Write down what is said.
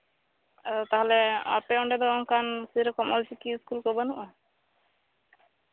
ᱟᱫᱚ ᱛᱟᱦᱞᱮ ᱟᱯᱮ ᱚᱱᱰᱮ ᱫᱚ ᱥᱮᱨᱚᱠᱚᱢ ᱚᱞᱪᱤᱠᱤ ᱥᱠᱩᱞ ᱠᱚ ᱵᱟᱹᱱᱩᱜᱼᱟ